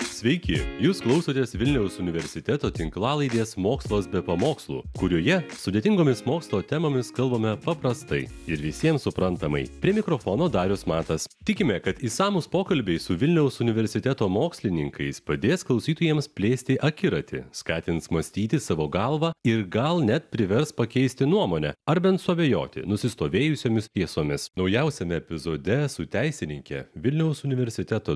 sveiki jūs klausotės vilniaus universiteto tinklalaidės mokslas be pamokslų kurioje sudėtingomis mokslo temomis kalbame paprastai ir visiem suprantamai prie mikrofono darius matas tikime kad išsamūs pokalbiai su vilniaus universiteto mokslininkais padės klausytojams plėsti akiratį skatins mąstyti savo galva ir gal net privers pakeisti nuomonę ar bent suabejoti nusistovėjusiomis tiesomis naujausiame epizode su teisininke vilniaus universiteto